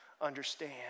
understand